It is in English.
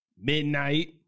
midnight